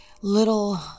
little